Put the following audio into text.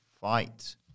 fight